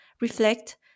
reflect